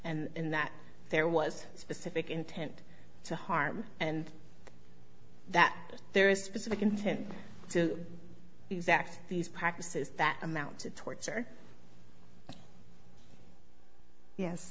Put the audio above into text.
und and that there was specific intent to harm and that there is specific intent to exact these practices that amount to torture yes